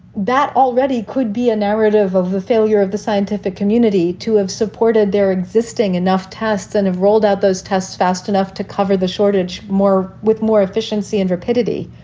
that already could be a narrative of the failure of the scientific community to have supported their existing enough tests and have rolled out those tests fast enough to cover the shortage more with more efficiency and rapidity.